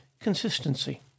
consistency